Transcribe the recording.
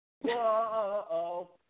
Whoa